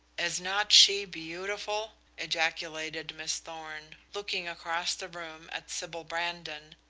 is not she beautiful? ejaculated miss thorn, looking across the room at sybil brandon,